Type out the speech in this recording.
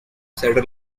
cedar